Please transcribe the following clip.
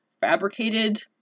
fabricated